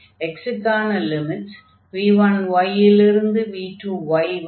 x க்கான limits v1 லிருந்து v2y வரை